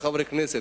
חברי הכנסת,